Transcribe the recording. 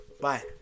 Bye